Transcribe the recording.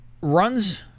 runs